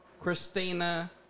Christina